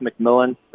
McMillan